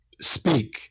speak